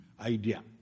idea